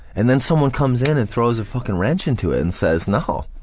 and then someone comes in and throws a fucking wrench into and says no,